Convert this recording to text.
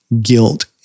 guilt